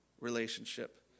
relationship